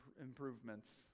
improvements